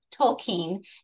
Tolkien